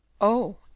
Oh